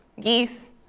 geese